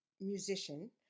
musician